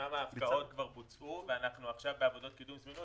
שם ההפקעות כבר בוצעו ואנחנו עכשיו בעבודות קידום זמינות.